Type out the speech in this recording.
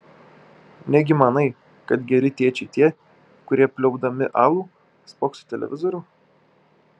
negi manai kad geri tėčiai tie kurie pliaupdami alų spokso į televizorių